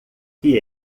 que